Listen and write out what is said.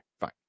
fine